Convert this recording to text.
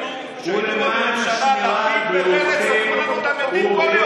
כשהיינו בממשלה לפיד ובנט ספרו לנו את המתים כל יום.